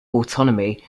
autonomy